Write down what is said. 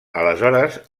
aleshores